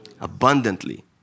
abundantly